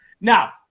Now